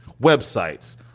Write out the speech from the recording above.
websites